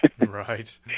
right